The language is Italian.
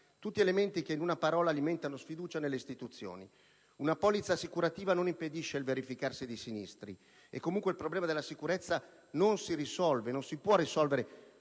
Tutti elementi che, in una parola, alimentano sfiducia nelle istituzioni. Una polizza assicurativa non impedisce il verificarsi di sinistri; e comunque il problema della sicurezza non si può risolvere